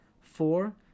Four